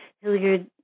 Hilliard